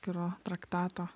vyro traktato